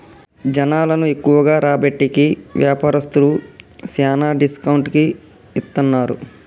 జనాలను ఎక్కువగా రాబట్టేకి వ్యాపారస్తులు శ్యానా డిస్కౌంట్ కి ఇత్తన్నారు